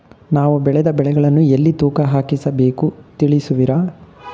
ನಾವು ಬೆಳೆದ ಬೆಳೆಗಳನ್ನು ಎಲ್ಲಿ ತೂಕ ಹಾಕಿಸ ಬೇಕು ತಿಳಿಸುವಿರಾ?